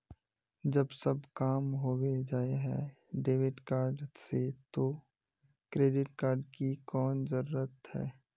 जब सब काम होबे जाय है डेबिट कार्ड से तो क्रेडिट कार्ड की कोन जरूरत है?